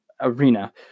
arena